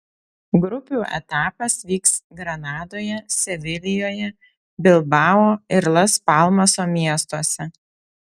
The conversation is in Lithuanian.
grupių etapas vyks granadoje sevilijoje bilbao ir las palmaso miestuose